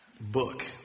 book